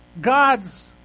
God's